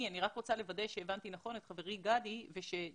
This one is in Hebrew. אני רק רוצה לוודא שהבנתי נכון את חברי גדי ושניתן